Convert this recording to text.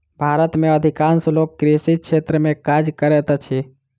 भारत में अधिकांश लोक कृषि क्षेत्र में काज करैत अछि